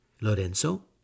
Lorenzo